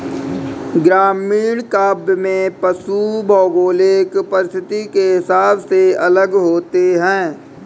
ग्रामीण काव्य में पशु भौगोलिक परिस्थिति के हिसाब से अलग होते हैं